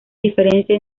diferencia